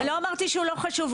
ולא אמרתי שהוא לא חשוב,